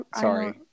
Sorry